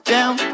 Down